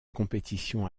compétition